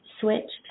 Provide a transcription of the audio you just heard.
switched